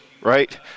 right